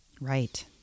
right